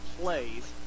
plays